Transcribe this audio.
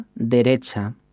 derecha